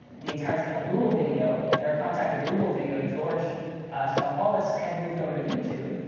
the entire thing on google video, and our contact at google video, george strompolos had moved over to youtube.